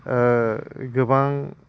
गोबां